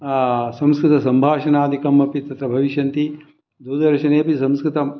संस्कृतसम्भाषणादिकम् अपि तत्र भविष्यन्ति दूरदर्शनेपि संस्कृतं